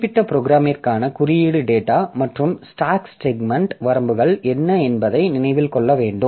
குறிப்பிட்ட ப்ரோக்ராமிற்கான குறியீடு டேட்டா மற்றும் ஸ்டாக் செக்மென்ட் வரம்புகள் என்ன என்பதை நினைவில் கொள்ள வேண்டும்